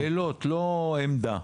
שאלות, לא עמדה.